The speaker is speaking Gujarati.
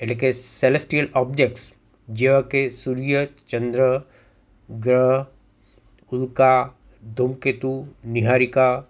એટલે કે સેલેસ્ટીયલ ઓબ્જેક્ટસ જેવા કે સૂર્ય ચંદ્ર ગ્રહ ઉલ્કા ધૂમકેતુ નિહારિકા